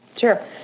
Sure